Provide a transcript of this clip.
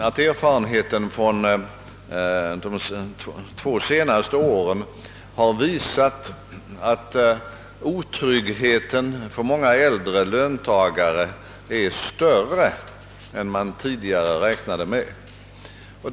Ty erfarenheten från de två senaste åren har uppenbarligen visat att otryggheten för många äldre löntagare är större än man tidigare räknade med.